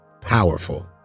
powerful